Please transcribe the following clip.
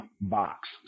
box